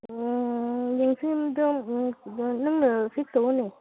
ꯅꯪꯅ ꯐꯤꯛꯁ ꯇꯧꯋꯣꯅꯦ